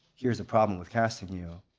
here's a problem with casting you